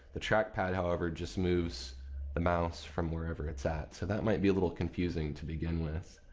the trackpad, however, just moves the mouse from wherever it's at so that might be a little confusing to begin with